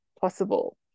possible